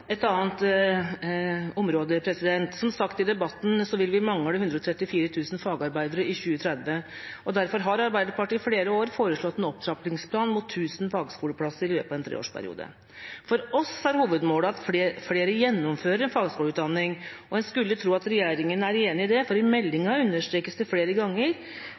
Et annet område: Som sagt i debatten vil vi mangle 134 000 fagarbeidere i 2030. Derfor har Arbeiderpartiet i flere år foreslått en opptrappingsplan mot 1 000 fagskoleplasser i løpet av en treårsperiode. For oss er hovedmålet at flere gjennomfører en fagskoleutdanning, og en skulle tro at regjeringa er enig i det, for i meldinga understrekes flere ganger